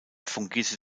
fungierte